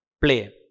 play